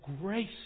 grace